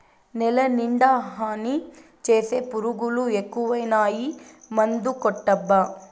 నేలనిండా హాని చేసే పురుగులు ఎక్కువైనాయి మందుకొట్టబ్బా